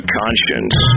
conscience